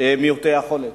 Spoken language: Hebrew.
של מעוטי יכולת,